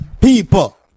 people